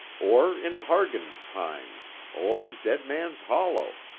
or in hargen's pines or dead man's hollow,